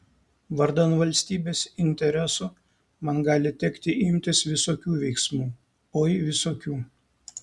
vardan valstybės interesų man gali tekti imtis visokių veiksmų oi visokių